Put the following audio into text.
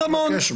לא צריך לבקש.